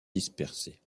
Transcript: dispersés